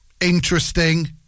interesting